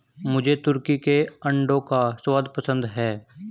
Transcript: मुझे तुर्की के अंडों का स्वाद पसंद है